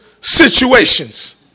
situations